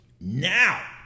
Now